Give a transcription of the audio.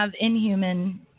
inhuman